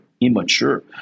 immature